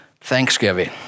thanksgiving